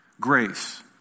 grace